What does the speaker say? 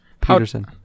peterson